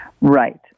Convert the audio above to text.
Right